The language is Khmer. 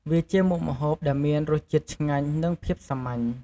វាជាមុខម្ហូបដែលមានរសជាតិឆ្ងាញ់និងភាពសាមញ្ញ។